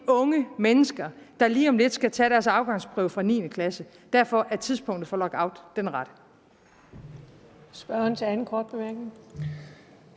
unge mennesker, der lige om lidt skal tage deres afgangsprøve fra 9. klasse. Derfor er tidspunktet for at slutte